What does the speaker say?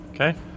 Okay